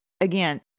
again